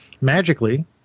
magically